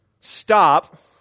Stop